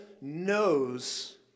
knows